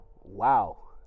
Wow